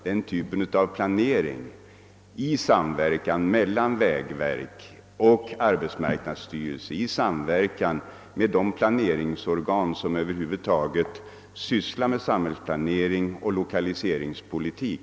Denna sker i samverkan mellan vägverket och arbetsmarknadsstyrelsen, i samverkan med de planeringsorgan som över huvud taget sysslar med samhällsplanering och lokaliseringspolitik.